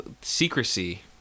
secrecy